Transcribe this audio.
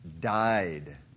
died